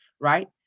right